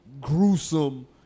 gruesome